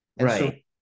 Right